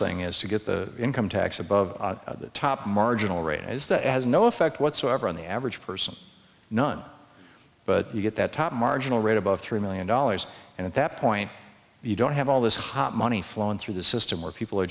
thing is to get the income tax above the top marginal rate as that has no effect whatsoever on the average person none but you get that top marginal rate above three million dollars and at that point you don't have all this hot money flowing through the system where people are